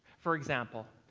for example,